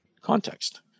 context